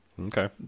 Okay